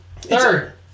Third